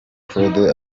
claude